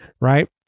Right